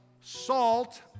salt